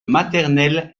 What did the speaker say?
maternel